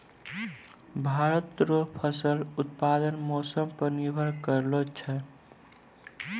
भारत रो फसल उत्पादन मौसम पर निर्भर करै छै